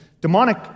demonic